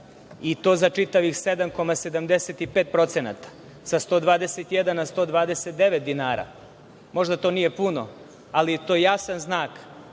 i to za čitavih 7,75% sa 121,00 na 129,00 dinara. Možda to nije puno, ali je to jasan znak,